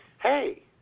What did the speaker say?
Hey